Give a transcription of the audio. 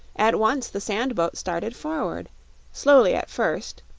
at once the sand-boat started forward slowly at first,